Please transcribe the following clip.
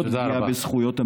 תודה רבה.